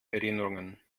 erinnerungen